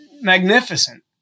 magnificent